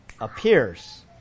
appears